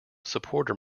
supporter